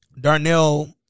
Darnell